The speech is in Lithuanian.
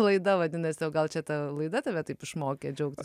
laida vadinasi o gal čia ta laida tave taip išmokė džiaugtis